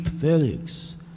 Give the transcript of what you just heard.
Felix